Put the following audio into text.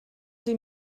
sie